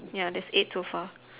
ya there is eight so far